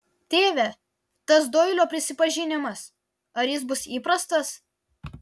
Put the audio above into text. tėve tas doilio prisipažinimas ar jis bus įprastas